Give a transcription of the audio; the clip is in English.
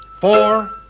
four